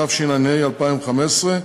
התשע"ה 2015,